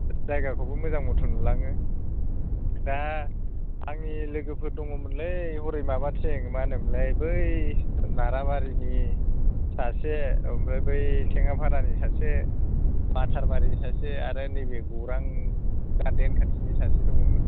जायगाखौबो मोजां मथन नुलाङो दा आंनि लोगोफोर दङमोनलै हरै माबाथिं मा होनोमोनलाय बै नाराबारिनि सासे ओमफ्राय बै थेङाफारानि सासे बाथारबारिनि सासे आरो नैबे गौरां गार्डेन खाथिनि सासे दङमोन